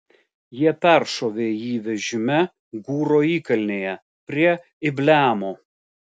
jie peršovė jį vežime gūro įkalnėje prie ibleamo